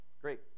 Great